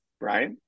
Right